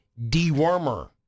dewormer